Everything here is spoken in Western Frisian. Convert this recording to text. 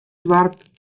doarp